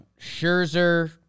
Scherzer